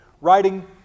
writing